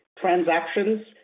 transactions